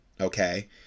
okay